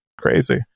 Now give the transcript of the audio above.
crazy